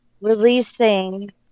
releasing